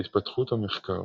התפתחות המחקר